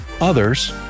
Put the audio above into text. Others